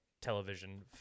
television